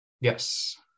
Yes